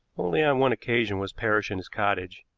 only on one occasion was parrish in his cottage,